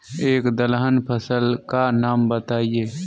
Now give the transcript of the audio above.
एक दलहन फसल का नाम बताइये